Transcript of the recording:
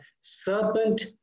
serpent